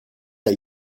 der